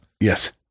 yes